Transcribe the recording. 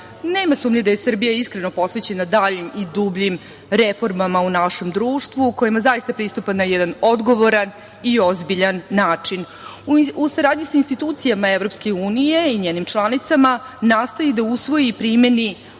sumnje da je Srbija iskreno posvećena daljim i dubljim reformama u našem društvu, kojima zaista pristupa na jedan odgovoran i ozbiljan način. U saradnji sa institucijama EU i njenim članicama nastoji da usvoji i primeni